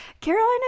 caroline